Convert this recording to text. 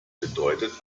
bedeutet